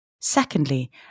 Secondly